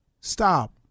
Stop